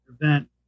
event